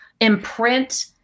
imprint